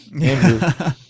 Andrew